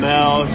Mel